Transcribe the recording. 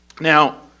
Now